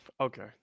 Okay